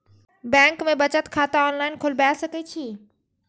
Bank में बचत खाता ऑनलाईन खोलबाए सके छी?